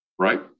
Right